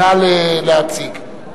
אני לא שולל את זה עקרונית,